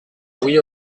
louis